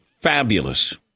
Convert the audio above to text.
fabulous